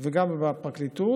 וגם בפרקליטות.